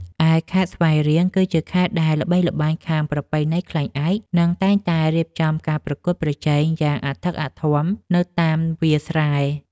ឯខេត្តស្វាយរៀង គឺជាខេត្តដែលល្បីល្បាញខាងប្រពៃណីខ្លែងឯក និងតែងតែរៀបចំការប្រកួតប្រជែងយ៉ាងអធិកអធមនៅតាមវាលស្រែ។